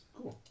Cool